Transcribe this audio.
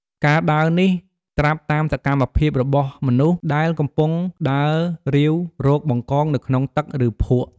ការដើរនេះត្រាប់តាមសកម្មភាពរបស់មនុស្សដែលកំពុងដើររាវរកបង្កងនៅក្នុងទឹក ឬភក់។